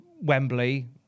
Wembley